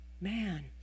man